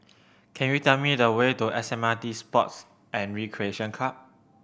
can you tell me the way to S M R T Sports and Recreation Club